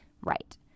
right